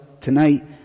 tonight